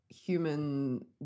human